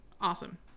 awesome